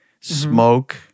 smoke